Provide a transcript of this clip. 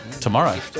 Tomorrow